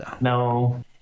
No